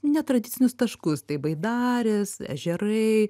netradicinius taškus tai baidarės ežerai